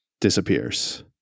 disappears